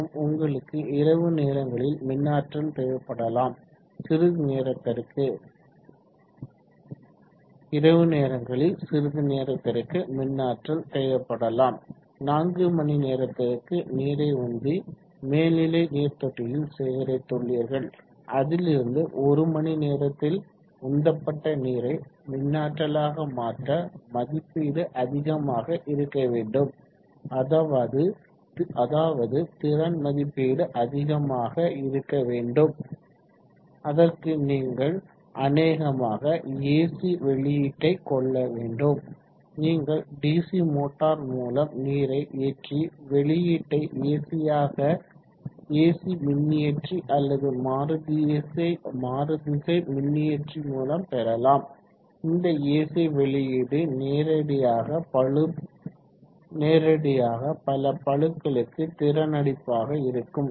மற்றும் உங்களுக்கு இரவு நேரங்களில் சிறிது நேரத்திற்கு மின்னாற்றல் தேவைப்படலாம் 4 மணிநேரத்திற்கு நீரை உந்தி மேல்நிலை நீர் தொட்டியில் சேகரித்துள்ளீர்கள் அதிலிருந்து ஒரு மணிநேரத்தில் உந்தப்பட்ட நீரை மின்னிற்றாலாக மாற்ற மதிப்பீடு அதிகமாக இருக்க வேண்டும் அதாவது திறன் மதிப்பீடு அதிகமாக இருக்கும் அதற்கு நீங்கள் அநேகமாக ஏசி வெளியீட்டை கொள்ள வேண்டும் நீங்கள் டிசி மோட்டார் மூலம் நீரை ஏற்றி வெளியீட்டை ஏசி ஆக ஏசி மின்னியற்றி அல்லது மாறுதிசை மின்னியற்றி மூலம் பெறலாம் இந்த ஏசி வெளியீடு நேரடியாக பல பளுக்களுக்கு திறனளிப்பாக இருக்கும்